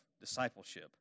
discipleship